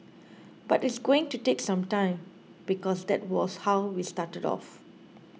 but it's going to take some time because that was how we started off